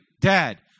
Dad